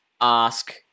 ask